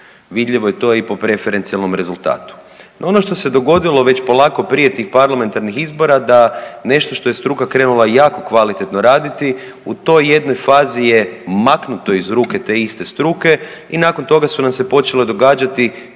Vidljivo je to i po preferencijalnom rezultatu. No, ono što se dogodilo već polako prije tih parlamentarnih izbora da nešto što je struka krenula jako kvalitetno raditi, u toj jednoj fazi je maknuto iz ruke te iste struke i nakon toga su nam se počele događati